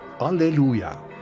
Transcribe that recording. Alleluia